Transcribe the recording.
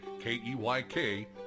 K-E-Y-K